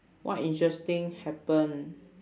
what interesting happen